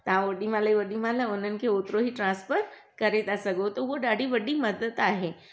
तां ओॾी महिल ई ओॾी महिल उननि खे ओतिरो ई ट्रांसफर करे ता सघो त उहो ॾाढी वॾी मदद आहे